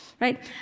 right